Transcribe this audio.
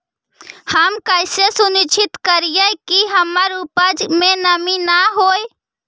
हम कैसे सुनिश्चित करिअई कि हमर उपज में नमी न होय?